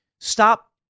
Stop